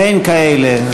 אין כאלה.